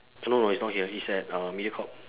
eh no no it's not here it's at uh mediacorp